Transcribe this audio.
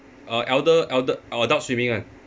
uh elder elder uh adult swimming [one]